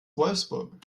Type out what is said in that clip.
wolfsburg